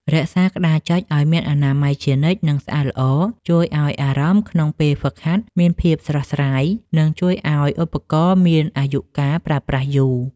រក្សាក្តារចុចឱ្យមានអនាម័យជានិច្ច និងស្អាតល្អជួយឱ្យអារម្មណ៍ក្នុងពេលហ្វឹកហាត់មានភាពស្រស់ស្រាយ និងជួយឱ្យឧបករណ៍មានអាយុកាលប្រើប្រាស់យូរ។